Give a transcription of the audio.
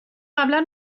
قبلا